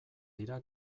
dira